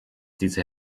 diese